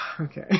Okay